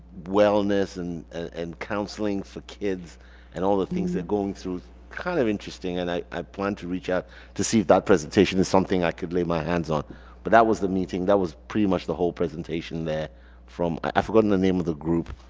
wellness and and counseling for kids and all the things they're going through kind of interesting and i i plan to reach out to see if that presentation is something i could lay my hands on but that was the meeting. that was pretty much the whole presentation there from i forgotten the name of the group.